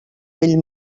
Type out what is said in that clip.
vell